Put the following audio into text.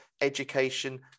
education